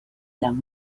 them